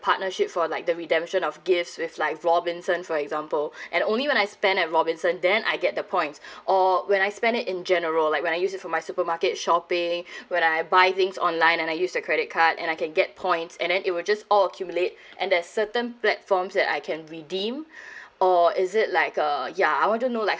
partnership for like the redemption of gifts with like robinson for example and only when I spend at robinson then I get the points or when I spend it in general like when I use it for my supermarket shopping when I buy things online and I use the credit card and I can get points and then it will just all accumulate and there's certain platforms that I can redeem or is it like a ya I want to know like